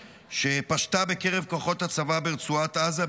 שפשטה בקרב כוחות הצבא ברצועת עזה,